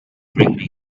bring